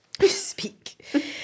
speak